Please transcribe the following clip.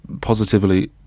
positively